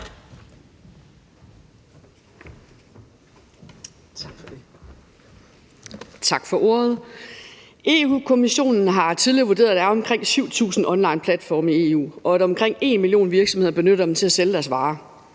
Tak for ordet. Europa-Kommissionen har tidligere vurderet, at der er omkring 7.000 onlineplatforme i EU, og at omkring en million virksomheder benytter dem til at sælge deres varer,